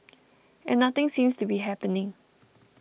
and nothing seems to be happening